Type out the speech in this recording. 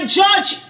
judge